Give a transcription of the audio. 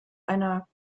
einer